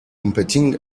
competing